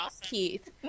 Keith